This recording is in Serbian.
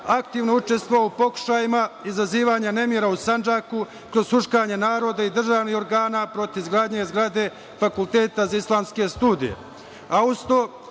aktivno učestvovao u pokušajima izazivanje nemira u Sandžaku kroz huškanje naroda i državnih organa protiv izgradnje zgrade fakulteta za islamske studije.